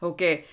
Okay